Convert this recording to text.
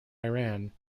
iran